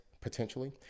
potentially